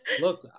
Look